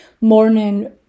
morning